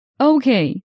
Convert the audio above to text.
Okay